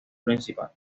principal